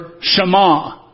Shema